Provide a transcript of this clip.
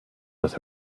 with